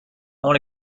want